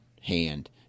hand